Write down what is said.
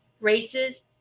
races